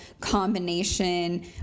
combination